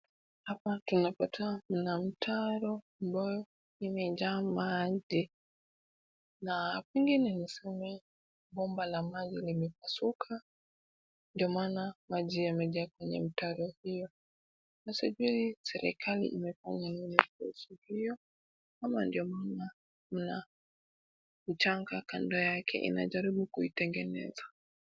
Hapa tunapatana na mtaro ambayo imejaa maji, na pengine niseme bomba la maji limepasuka ,ndio maana maji yamejaa kwenye mtaro hiyo , na sijui serikali inafanya nini kuhusu hiyo ,ama ndio maana mna mchanga kando yake inajaribu kuitengeneza.